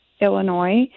Illinois